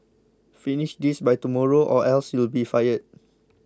finish this by tomorrow or else you'll be fired